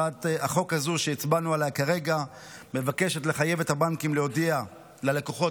הצעת החוק הזו שהצבענו עליה כרגע מבקשת לחייב את הבנקים להודיע ללקוחות